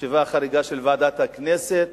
ישיבה חריגה של ועדת הכנסת,